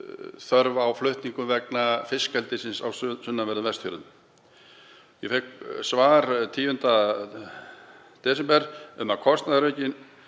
þörf á flutningum vegna fiskeldisins á sunnanverðum Vestfjörðum. Ég fékk svar 10. desember um að kostnaðaraukinn